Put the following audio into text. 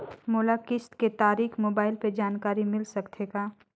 मोला किस्त के तारिक मोबाइल मे जानकारी मिल सकथे का?